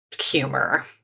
humor